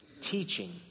teaching